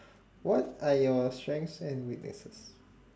what are your strengths and weaknesses